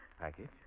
Package